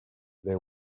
they